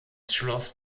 schloss